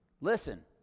Listen